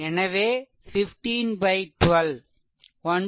எனவே 15 12 1